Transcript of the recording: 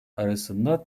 arasında